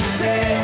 say